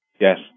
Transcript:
Yes